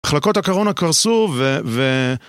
מחלקות הקורונה קרסו ו.. ו...